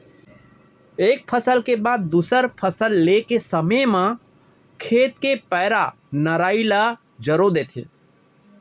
एक फसल के बाद दूसर फसल ले के समे म खेत के पैरा, नराई ल जरो देथे